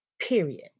period